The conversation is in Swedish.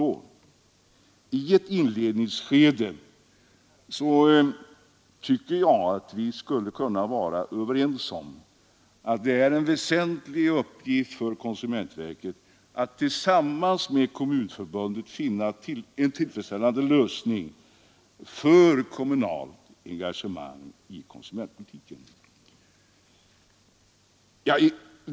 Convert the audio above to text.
I ett inledningsskede tycker jag att vi skulle kunna vara överens om att det är en väsentlig uppgift för konsumentverket att tillsammans med Kommunförbundet finna en tillfredsställande lösning av frågan om kommunalt engagemang i konsumentpolitiken.